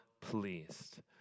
pleased